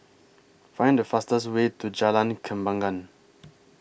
Find The fastest Way to Jalan Kembangan